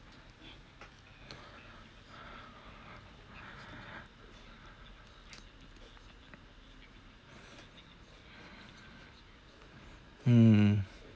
mm